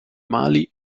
mali